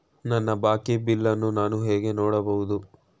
ನನ್ನ ಬಾಕಿ ಬಿಲ್ ಅನ್ನು ನಾನು ಹೇಗೆ ನೋಡಬಹುದು?